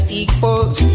equals